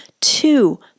two